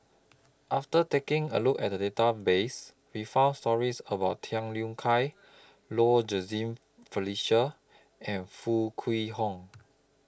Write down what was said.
after taking A Look At Database We found stories about Tham Yui Kai Low Jimenez Felicia and Foo Kwee Horng